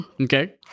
Okay